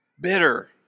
bitter